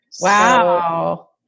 Wow